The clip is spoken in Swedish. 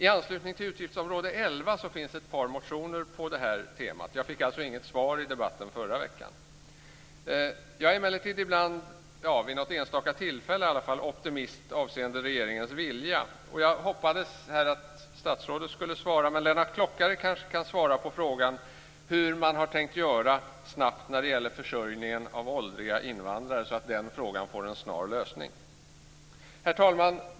I anslutning till utgiftsområde 11 finns det ett par motioner på det här temat. Jag fick alltså inget svar i debatten förra veckan. Jag är emellertid ibland, vid något enstaka tillfälle i alla fall, optimist avseende regeringens vilja. Jag hoppades att statsrådet skulle svara, men Lennart Klockare kanske kan svara på frågan hur man har tänkt göra, snabbt, när det gäller försörjningen av åldriga invandrare så att den frågan får en snar lösning. Herr talman!